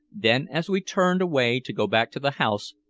then, as we turned away to go back to the house,